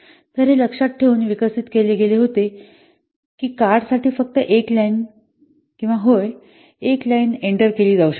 तर हे लक्षात ठेवून विकसित केले गेले होते की कार्ड साठी फक्त एक लाईन किंवा होय एक लाईन एंटर केली जाऊ शकते